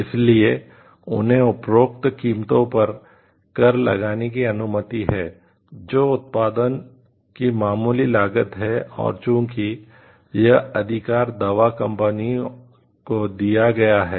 इसलिए उन्हें उपरोक्त कीमतों पर कर लगाने की अनुमति है जो उत्पादन की मामूली लागत है और चूंकि यह अधिकार दवा कंपनियों को दिया गया है